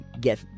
get